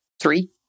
Three